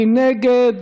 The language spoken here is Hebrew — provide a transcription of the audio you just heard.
מי נגד?